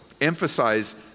emphasize